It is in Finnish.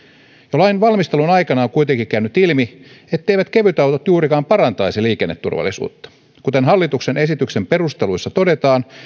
jo lain valmistelun aikana on kuitenkin käynyt ilmi etteivät kevytautot juurikaan parantaisi liikenneturvallisuutta kuten hallituksen esityksen perusteluissa todetaan